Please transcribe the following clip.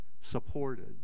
supported